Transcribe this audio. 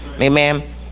amen